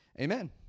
Amen